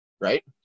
right